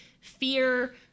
fear